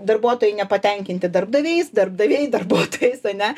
darbuotojai nepatenkinti darbdaviais darbdaviai darbuotojais ane